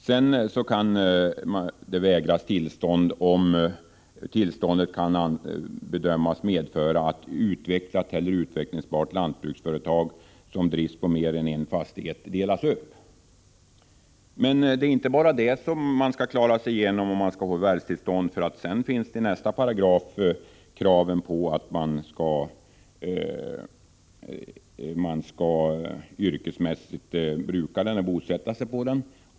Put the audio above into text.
Dessutom kan det vägras tillstånd om förvärvet kan bedömas medföra att ett utvecklat eller utvecklingsbart lantbruksföretag, som drivs på mer än en fastighet, delas upp. Detta är dock inte det enda som krävs för att man skall få förvärvstillstånd. I en följande paragraf ställs krav på att förvärvaren yrkesmässigt skall bruka egendomen och bosätta sig på den.